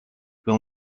will